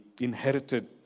inherited